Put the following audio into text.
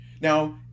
Now